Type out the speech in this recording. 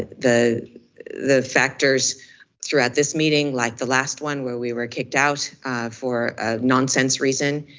the the factors throughout this meeting, like the last one where we were kicked out for a nonsense reason,